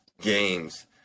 games